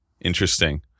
interesting